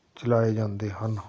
ਚਲਾਏ ਜਾਂਦੇ ਹਨ